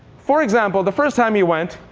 for example, the first time he went,